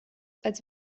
als